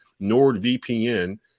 NordVPN